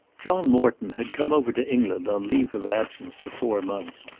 john morton had come over to england on leave of absence for four months,